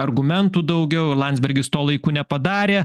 argumentų daugiau landsbergis to laiku nepadarė